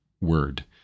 word